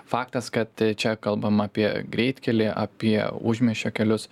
faktas kad čia kalbam apie greitkelį apie užmiesčio kelius